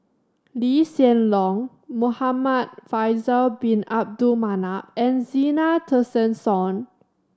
Lee Hsien Loong Muhamad Faisal Bin Abdul Manap and Zena Tessensohn